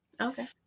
okay